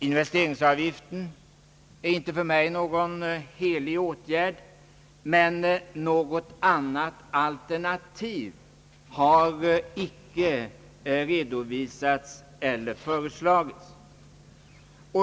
Investeringsavgiften är inte för mig någon helig åtgärd, men något annat alternativ har icke redovisats eller föreslagits.